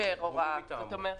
שהפר הוראה.